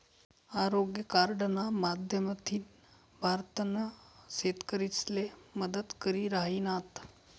आरोग्य कार्डना माध्यमथीन भारतना शेतकरीसले मदत करी राहिनात